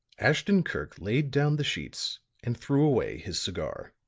ashton-kirk laid down the sheets and threw away his cigar.